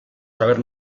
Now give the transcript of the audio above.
saber